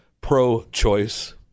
pro-choice